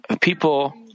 people